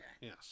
Yes